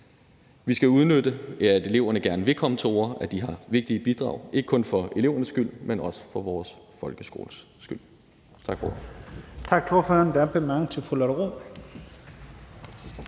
Vi skal udnytte, at eleverne gerne vil komme til orde, og at de har vigtige bidrag, ikke kun for elevernes skyld, men også for vores folkeskoles skyld. Tak for